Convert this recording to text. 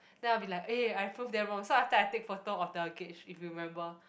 then I will be like eh I prove them wrong so after that I take photo of the gate if you remember